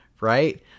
right